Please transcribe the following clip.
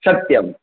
सत्यम्